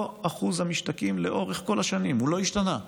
אותו אחוז משתקעים לאורך כל השנים, הוא לא השתנה,